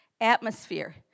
atmosphere